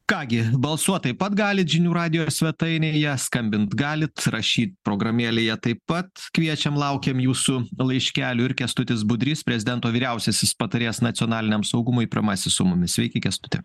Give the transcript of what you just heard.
ką gi balsuot taip pat galit žinių radijo svetainėje skambint galit rašyt programėlėje taip pat kviečiam laukiam jūsų laiškelių ir kęstutis budrys prezidento vyriausiasis patarėjas nacionaliniam saugumui pirmasis su mumis sveiki kęstuti